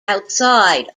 outside